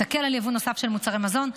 תקל על יבוא נוסף של מוצרי מזון,